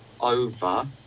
over